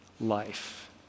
life